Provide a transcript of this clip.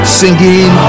singing